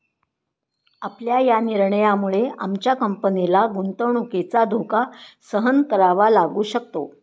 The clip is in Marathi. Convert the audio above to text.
आपल्या या निर्णयामुळे आमच्या कंपनीला गुंतवणुकीचा धोका सहन करावा लागू शकतो